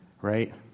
right